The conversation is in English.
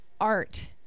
art